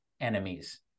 enemies